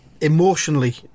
emotionally